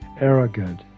arrogant